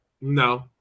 No